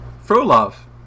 Frolov